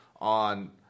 on